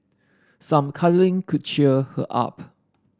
some cuddling could cheer her up